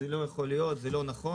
זה לא יכול להיות, זה לא נכון.